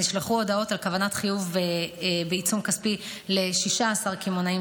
נשלחו הודעות על כוונות חיוב ועיצום כספי ל-16 קמעוניים